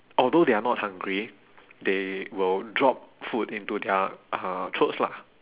although they are not hungry they will drop food into their uh throats lah